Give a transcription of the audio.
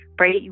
right